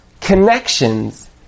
connections